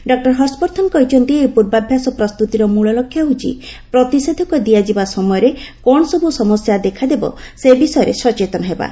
doctor Harshvardhan କହିଛନ୍ତି ଏହି ପୂର୍ବାଭ୍ୟାସ ପ୍ରସ୍ତୁତିର ମୂଳ ଲକ୍ଷ୍ୟ ହେଉଛି ପ୍ରତିଷେଧକ ଦିଆଯିବା ସମୟରେ କ'ଣ ସବୁ ସମସ୍ୟା ଦେଖାଦେବ ସେ ବିଷୟରେ ସଚେତନ ହେବା